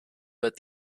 but